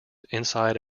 inside